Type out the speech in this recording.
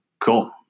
Cool